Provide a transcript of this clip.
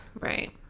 Right